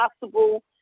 possible